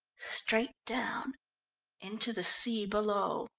straight down into the sea below.